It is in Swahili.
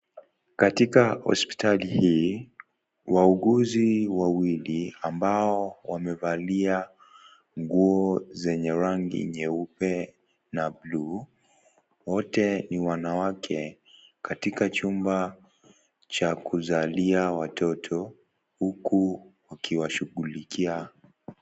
Katika hospitali hii, wauguzi wawili ambao wamevalia nguo zenye rangi nyeupe na bluu. Wote ni wanawake katika chumba cha kuzalia watoto huku ukiwashughulikia.